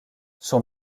son